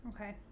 Okay